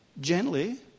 gently